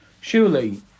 surely